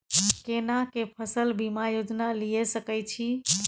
केना के फसल बीमा योजना लीए सके छी?